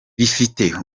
rifite